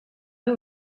den